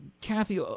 Kathy